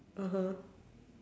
(uh huh)